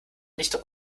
nicht